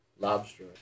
Lobster